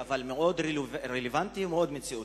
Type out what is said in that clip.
אבל מאוד רלוונטי ומאוד מציאותי.